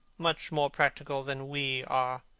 much more practical than we are.